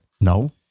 No